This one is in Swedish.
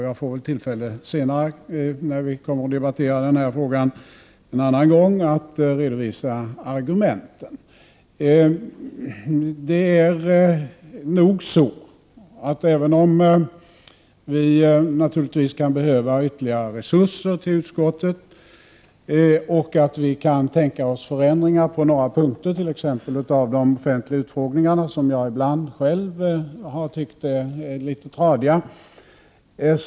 Jag får väl möjlighet, när vi kommer att debattera den här frågan en annan gång, att redovisa argumenten. Vi kan naturligtvis behöva ytterligare resurser till utskottet, och vi kan tänka oss förändringar på några punkter, t.ex. när det gäller de offentliga utfrågningarna, som jag ibland själv har tyckt är litet tradiga.